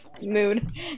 mood